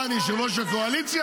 מה אני, יושב-ראש הקואליציה?